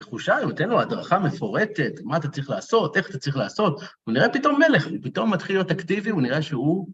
חושי, הוא נותן לו הדרכה מפורטת, מה אתה צריך לעשות, איך אתה צריך לעשות. הוא נראה פתאום מלך, הוא פתאום מתחיל להיות אקטיבי, הוא נראה שהוא...